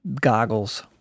goggles